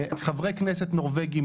חברי כנסת נורבגים,